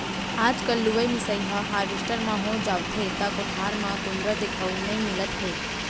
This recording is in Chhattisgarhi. आजकल लुवई मिसाई ह हारवेस्टर म हो जावथे त कोठार म कुंदरा देखउ नइ मिलत हे